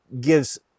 gives